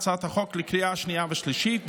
הצעת החוק לקריאה השנייה והשלישית.